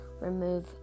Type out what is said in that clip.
remove